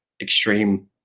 extreme